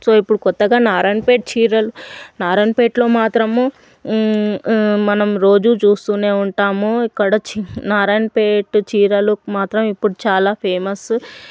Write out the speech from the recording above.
so ఇప్పుడు క్రొత్తగా నారాయణపేట్ చీరలు నారాయణపేట్లో మాత్రము మనం రోజు చూస్తూనే ఉంటాము ఇక్కడ నారాయణపేట్ చీరలు మాత్రం ఇప్పుడు చాలా ఫేమస్సు